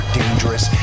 dangerous